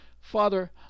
Father